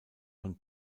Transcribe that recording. von